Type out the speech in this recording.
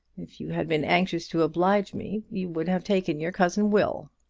if you had been anxious to oblige me you would have taken your cousin will.